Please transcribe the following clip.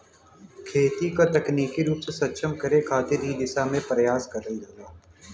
खेती क तकनीकी रूप से सक्षम करे खातिर इ दिशा में प्रयास करल जाला